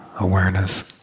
awareness